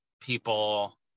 people